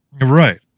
right